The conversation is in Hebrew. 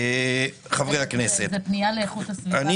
חברי הכנסת, אני